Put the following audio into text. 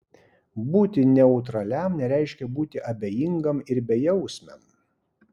būti neutraliam nereiškia būti abejingam ir bejausmiam